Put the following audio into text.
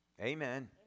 Amen